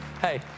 Hey